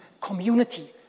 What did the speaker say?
community